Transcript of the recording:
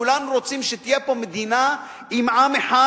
כולם רוצים שתהיה פה מדינה עם עם אחד,